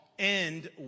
end